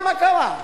מה קרה?